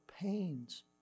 pains